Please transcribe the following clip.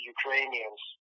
Ukrainians